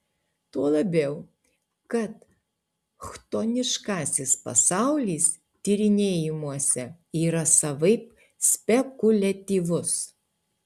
tuo labiau kad chtoniškasis pasaulis tyrinėjimuose yra savaip spekuliatyvus